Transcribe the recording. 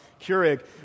Keurig